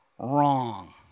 Wrong